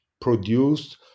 produced